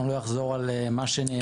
אני לא אחזור על מה שנאמר.